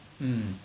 mm